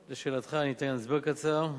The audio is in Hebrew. לשאלתך, אני אתן הסבר קצר.